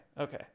okay